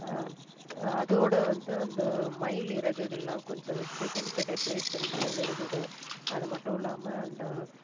அதோட வந்து அந்த மயில் இறகுகள்லாம் கொஞ்சம் வச்சு கொஞ்சம் டெக்கரேஷன் மயில் இறகுகள் அது மட்டும் இல்லாமல் அந்த